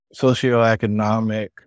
socioeconomic